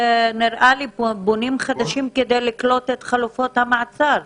נראה לי שבונים חדשות כדי לקלוט את חלופות המעצר,